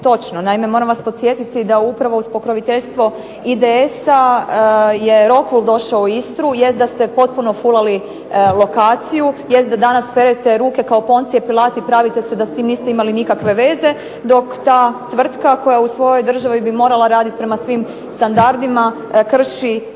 točno. Naime moram vas podsjetiti da upravo uz pokroviteljstvo IDS-a je Rokvul došao u Istru, jest da ste potpuno fulali lokaciju, jest da danas perete ruke kao Poncije Pilat i pravite se da s tim niste imali nikakve veze, dok ta tvrtka koja u svojoj državi bi morala raditi prema svim standardima krši